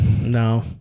No